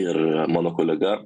ir mano kolega